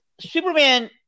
Superman